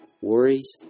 worries